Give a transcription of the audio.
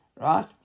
Right